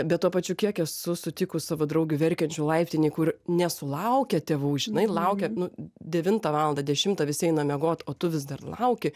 bet tuo pačiu kiek esu sutikus savo draugių verkiančių laiptinėj kur nesulaukia tėvų žinai laukia nu devintą valandą dešimtą visi eina miegot o tu vis dar lauki